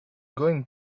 going